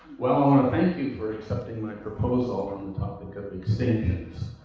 well, i want to thank you for accepting my proposal on the topic of extinctions.